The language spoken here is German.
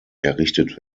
errichtet